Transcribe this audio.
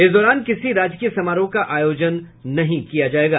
इस दौरान किसी राजकीय समारोह का आयोजन नहीं किया जायेगा